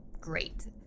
great